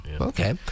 okay